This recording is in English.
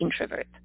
introvert